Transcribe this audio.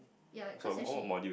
ya cause actually